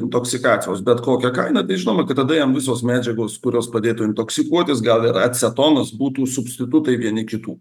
intoksikacijos bet kokia kaina tai žinoma kad tada jam visos medžiagos kurios padėtų intoksikuotis gal ir acetonas būtų substitutai vieni kitų